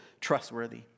trustworthy